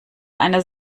eine